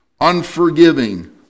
unforgiving